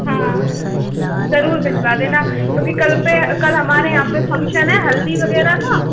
हाँ जरूर भिजवा देना क्योंकि कल पे कल हमारे यहाँ पे फंगक्शन हैं हल्दी वगैरह का